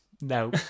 No